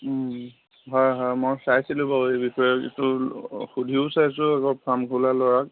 হয় হয় মই চাইছিলোঁ বাৰু এই বিষয়ে এইটো সুধিও চাইছোঁ আকৌ ফাৰ্ম খোলা ল'ৰাক